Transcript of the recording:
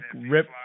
rip